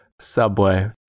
Subway